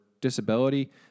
disability